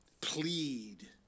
Plead